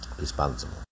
Responsible